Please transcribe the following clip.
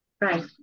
Right